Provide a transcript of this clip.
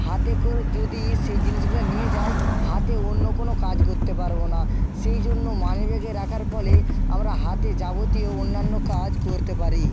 হাতে করে যদি সেই জিনিসগুলো নিয়ে যাই হাতে অন্য কোনো কাজ করতে পারবো না সেই জন্য মানি ব্যাগে রাখার ফলে আমরা হাতে যাবতীয় অন্যান্য কাজ করতে পারি